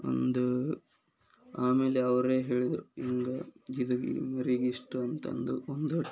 ಅಂದು ಆಮೇಲೆ ಅವರೇ ಹೇಳಿದರು ಹಿಂಗ ಇದು ಹೀಗ್ರಿ ಇಷ್ಟು ಅಂತಂದು ಒಂದು